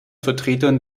vertretern